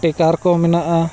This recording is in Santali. ᱴᱮᱠᱟᱨ ᱠᱚ ᱢᱮᱱᱟᱜᱼᱟ